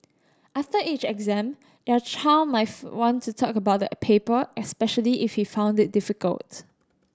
after each exam your child may want to talk about the paper especially if he found it difficult